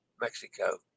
Mexico